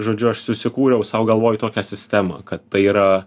žodžiu aš susikūriau sau galvoj tokią sistemą kad tai yra